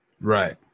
right